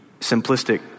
simplistic